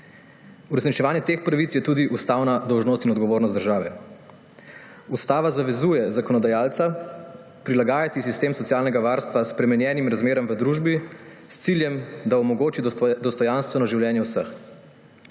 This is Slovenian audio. Uresničevanje teh pravic je tudi ustavna dolžnost in odgovornost države. Ustava zavezuje zakonodajalca prilagajati sistem socialnega varstva spremenjenim razmeram v družbi s ciljem, da omogoči dostojanstveno življenje vseh.